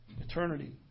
eternity